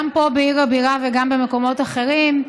גם פה בעיר הבירה וגם במקומות אחרים,